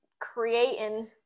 creating